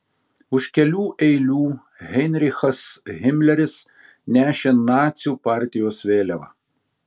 už kelių eilių heinrichas himleris nešė nacių partijos vėliavą